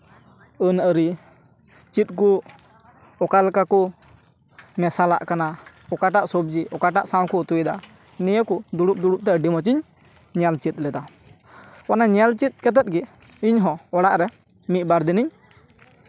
ᱟᱹᱱᱼᱟᱹᱨᱤ ᱪᱮᱫᱠᱚ ᱚᱠᱟᱞᱮᱠᱟ ᱠᱚ ᱢᱮᱥᱟᱞᱟᱜ ᱠᱟᱱᱟ ᱚᱠᱟᱴᱟᱜ ᱥᱚᱵᱽᱡᱤ ᱚᱠᱟᱴᱟᱜ ᱥᱟᱶᱠᱚ ᱩᱛᱩᱭᱫᱟ ᱱᱤᱭᱟᱹ ᱠᱚ ᱫᱩᱲᱩᱵᱼᱫᱩᱲᱩᱵ ᱛᱮ ᱟᱹᱰᱤ ᱢᱚᱡᱤᱧ ᱧᱮᱞ ᱪᱮᱫ ᱞᱮᱫᱟ ᱚᱱᱟ ᱧᱮᱞ ᱪᱮᱫ ᱠᱟᱛᱮ ᱜᱮ ᱤᱧ ᱦᱚᱸ ᱚᱲᱟᱜ ᱨᱮ ᱢᱤᱫᱼᱵᱟᱨ ᱫᱤᱱ